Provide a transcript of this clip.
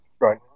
Right